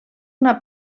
una